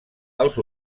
els